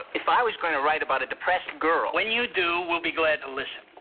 if i was going to write about a depressed girl. when you do, we'll be glad to listen.